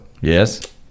Yes